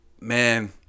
man